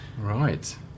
Right